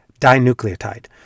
dinucleotide